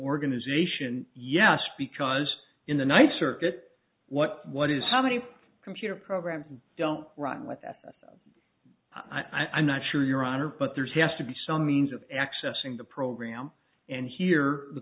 organization yes because in the night circuit what what is how many computer programs don't run with that i'm not sure your honor but there's has to be some means of accessing the program and here the